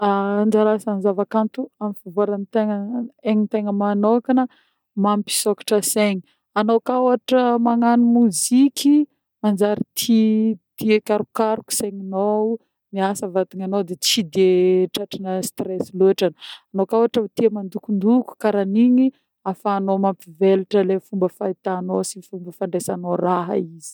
Anjara asan'ny zava-kanto amin'ny fivoarany tegna egnan-tegna manôkagna: mampisôkatra segna, anô koa ôhatra magnano moziky manjary tie karokaroko segnanô miasa vatagnanô de tsy de tratran'ny stress loatra, anô koa ôhatra tie mandokondoko karan'igny afahanô mampivelatra le fomba fahitanô sy fomba fandresanô raha izy.